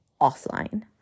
offline